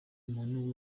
umuntu